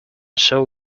saw